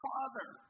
Father